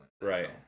Right